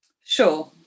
Sure